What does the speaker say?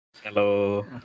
hello